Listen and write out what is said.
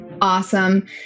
Awesome